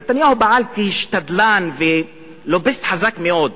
נתניהו פעל כשתדלן ולוביסט חזק מאוד.